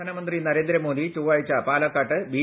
പ്രധാനമന്ത്രി നരേന്ദ്രമോദി ചൊവ്വാഴ്ച പാലക്കാട്ട് ബി